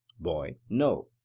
boy no.